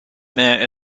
mare